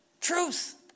truth